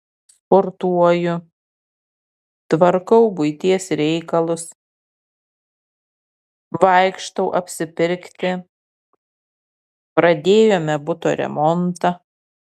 sportuoju tvarkau buities reikalus vaikštau apsipirkti pradėjome buto remontą